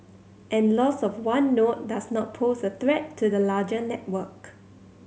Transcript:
and loss of one node does not pose a threat to the larger network